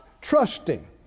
trusting